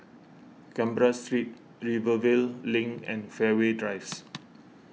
Canberra Street Rivervale Link and Fairways Drives